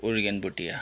Urgen Bhutia